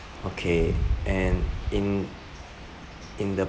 okay and in in the